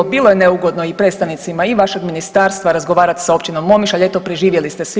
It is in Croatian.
Bilo je neugodno i predstavnicima i vašeg ministarstva razgovarati sa općinom Omišalj, eto preživjeli ste svi.